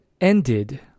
ended